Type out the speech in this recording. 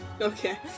Okay